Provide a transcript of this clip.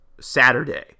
Saturday